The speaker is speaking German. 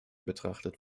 betrachtet